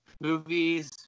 Movies